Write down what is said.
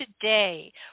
today